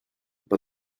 but